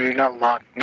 not locked,